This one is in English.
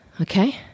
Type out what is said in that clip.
Okay